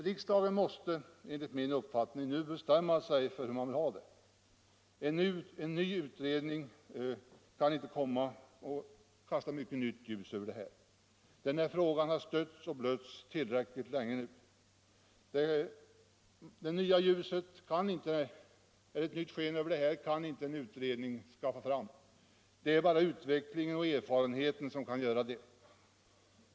Riksdagen måste enligt min uppfattning nu bestämma sig för hur man vill ha det. Den här frågan har stötts och blötts tillräckligt länge nu. En ny utredning kan inte kasta mycket nytt ljus över den, det kan bara utvecklingen och erfarenheten göra.